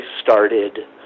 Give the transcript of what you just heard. started